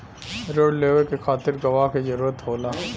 रिण लेवे के खातिर गवाह के जरूरत होला